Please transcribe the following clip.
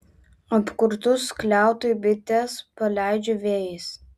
apkurtus skliautui bites paleidžiu vėjais